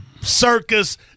circus